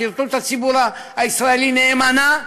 שירתו את הציבור הישראלי נאמנה,